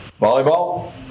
Volleyball